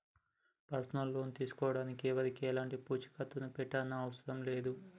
personal loan తీసుకోడానికి ఎవరికీ ఎలాంటి పూచీకత్తుని పెట్టనవసరం లేదు